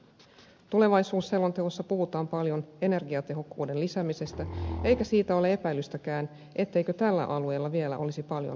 tulevaisuusselonteossa puhutaan paljon energiatehokkuuden lisäämisestä eikä siitä ole epäilystäkään etteikö tällä alueella vielä olisi paljon voitettavaa